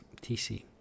TC